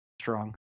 strong